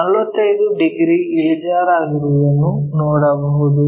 P ಗೆ 45 degree ಇಳಿಜಾರಾಗಿರುವುದನ್ನು ನೋಡಬಹುದು